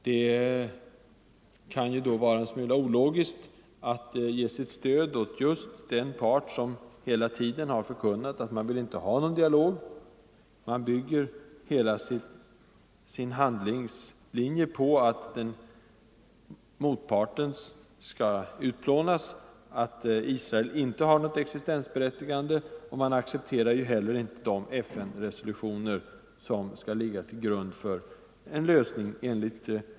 Men det är då en smula ologiskt att ge sitt stöd åt just den part som hela tiden förkunnat sig inte vilja ha en dialog. PLO bygger hela sitt handlande på att motparten skall utplånas, att Israel inte har något existensberättigande. Man accepterar inte heller de FN-resolutioner som enligt vår uppfattning skall ligga till grund för en lösning.